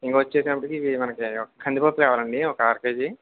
ఇంక వచ్చి ఇప్పటికి ఇవి మనకి కందిపప్పు కావాలండి ఒక అర కేజీ